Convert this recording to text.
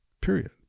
period